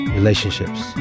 relationships